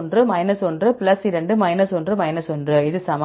1 2 1 1 இது சமம்